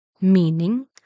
meaning